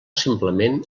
simplement